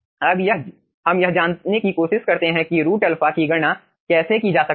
अब हम यह जानने की कोशिश करते हैं कि रूट α की गणना कैसे की जा सकती है